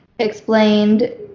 explained